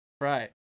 Right